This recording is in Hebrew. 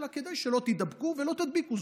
אלא כדי שלא תידבקו ולא תדביקו.